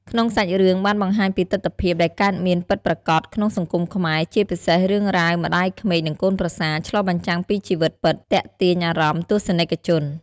ក្នុងសាច់រឿងបានបង្ហាញពីទិដ្ឋភាពដែលកើតមានពិតប្រាកដក្នុងសង្គមខ្មែរ ជាពិសេសរឿងរ៉ាវម្តាយក្មេកនិងកូនប្រសារ ឆ្លុះបញ្ចាំងពីជីវិតពិត ទាក់ទាញអារម្មណ៍ទស្សនិកជន។